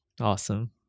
Awesome